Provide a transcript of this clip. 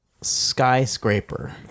Skyscraper